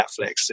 Netflix